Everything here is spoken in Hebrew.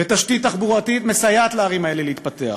ותשתית תחבורתית מסייעת לערים האלה להתפתח.